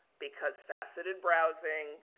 because faceted browsing,